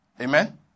Amen